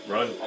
Run